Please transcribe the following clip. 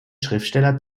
schriftsteller